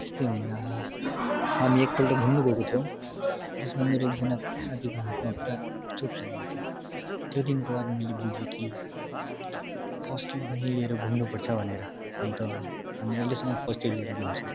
यस्तै हुँदा हामी एकपल्ट घुम्नु गएको थियौँ जसमा मेरो एकजना साथीको हातमा पुरा चोट लागेको थियो त्यो दिनको बाद मैले बुझेँ कि फर्स्ट एड पनि लिएर घुम्नु पर्छ भनेर अन्त हामी अहिलेसम्म फर्स्ट एड फर्स्ट एड लिएर घुम्छौँ